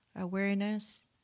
awareness